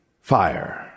fire